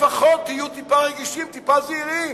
לפחות תהיו טיפה רגישים, טיפה זהירים.